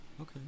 Okay